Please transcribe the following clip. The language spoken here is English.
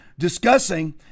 discussing